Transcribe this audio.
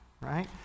right